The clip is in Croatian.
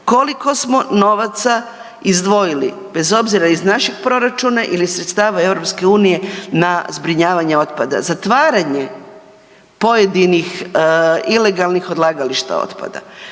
koliko smo novaca izdvojili bez obzira iz našeg proračuna ili sredstava EU na zbrinjavanje otpada? Zatvaranje pojedinih ilegalnih odlagališta otpada,